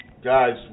Guys